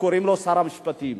קוראים לה שר המשפטים.